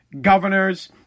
governors